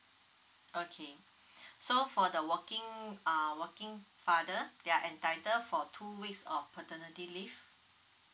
okay so for the working uh working father they're entitle for two weeks of paternity leave